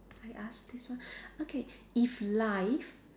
I ask this one okay if life